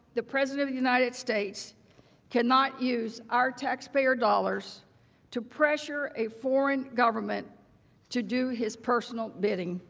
the president of the united states cannot use our taxpayer dollars to pressure a foreign government to do his personal bidding.